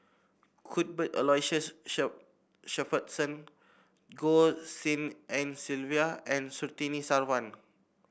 Cuthbert Aloysius Shepherdson Goh Tshin En Sylvia and Surtini Sarwan